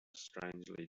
strangely